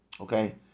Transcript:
Okay